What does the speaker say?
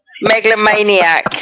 megalomaniac